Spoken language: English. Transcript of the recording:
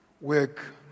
work